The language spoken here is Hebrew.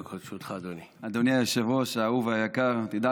אדוני היושב-ראש האהוב והיקר תודה.